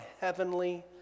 Heavenly